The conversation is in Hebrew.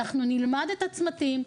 אנחנו נלמד את הצמתים,